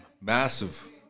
massive